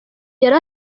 yari